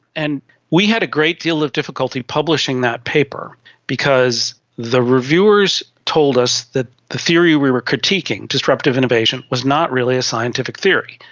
and we had a great deal of difficulty publishing that paper because the reviewers told us that the theory we were critiquing, disruptive innovation, was not really a scientific theory.